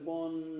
one